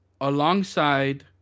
alongside